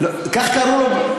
כך קראו לו?